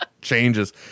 Changes